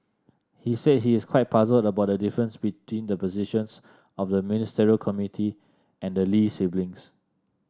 he said he is quite puzzled about the difference between the positions of the Ministerial Committee and the Lee siblings